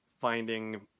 finding